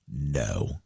No